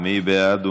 מי בעד?